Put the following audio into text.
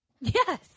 Yes